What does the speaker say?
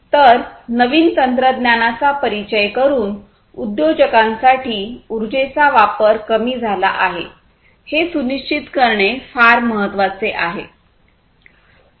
तर नवीन तंत्रज्ञानाचा परिचय करून उद्योजकांसाठी उर्जेचा वापर कमी झाला आहे हे सुनिश्चित करणे फार महत्वाचे आहे